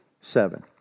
seven